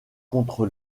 contre